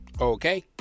Okay